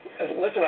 Listen